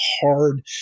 hard